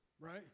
Right